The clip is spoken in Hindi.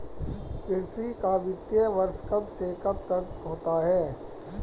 कृषि का वित्तीय वर्ष कब से कब तक होता है?